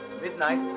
midnight